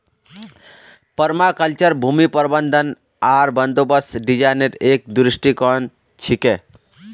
permaculture भूमि प्रबंधन आर बंदोबस्त डिजाइनेर एक दृष्टिकोण छिके